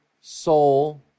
soul